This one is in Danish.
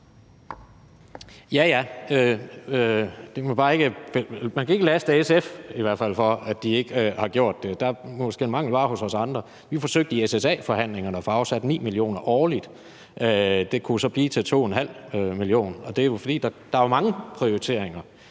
kan i hvert fald ikke laste SF for, at de ikke har gjort det – det er måske en mangelvare hos os andre. Vi forsøgte i SSA-forhandlingerne at få afsat 9 mio. kr. årligt. Det kunne så blive til 2,5 mio. kr., og det er jo, fordi der er mange prioriteringer,